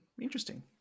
Interesting